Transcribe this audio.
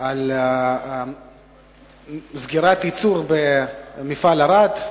של סגירת ייצור במפעל בערד,